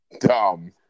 Dumb